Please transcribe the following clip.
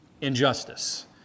Injustice